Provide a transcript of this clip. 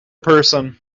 person